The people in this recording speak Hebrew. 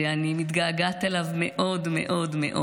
שאני מתגעגעת אליו מאוד מאוד,